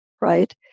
right